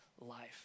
life